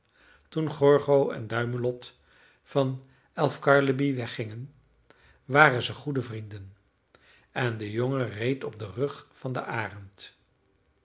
toen gorgo en duimelot van elvkarleby weggingen waren ze goede vrienden en de jongen reed op den rug van den arend